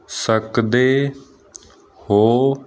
ਸਕਦੇ ਹੋ